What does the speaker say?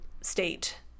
state